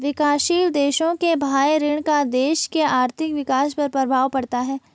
विकासशील देशों के बाह्य ऋण का देश के आर्थिक विकास पर प्रभाव पड़ता है